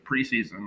preseason